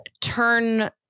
turn